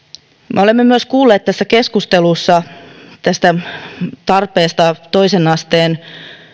me olemme myös kuulleet tässä keskustelussa tästä tarpeesta toisen asteen